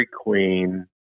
Queen